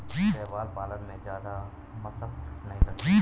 शैवाल पालन में जादा मशक्कत नहीं लगती